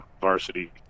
varsity